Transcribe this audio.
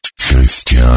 Christian